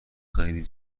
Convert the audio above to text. خیلی